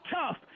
tough